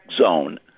zone